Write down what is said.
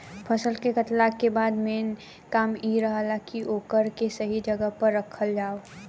फसल के कातला के बाद मेन काम इ रहेला की ओकरा के सही जगह पर राखल जाव